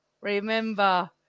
remember